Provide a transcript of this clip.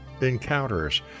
Encounters